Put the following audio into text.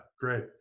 great